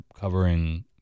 covering